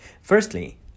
Firstly